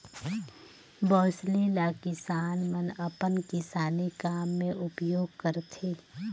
बउसली ल किसान मन अपन किसानी काम मे उपियोग करथे